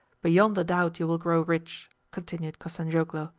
beyond a doubt you will grow rich, continued kostanzhoglo,